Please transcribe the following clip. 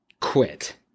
quit